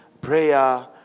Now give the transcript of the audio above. prayer